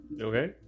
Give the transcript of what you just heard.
okay